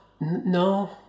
No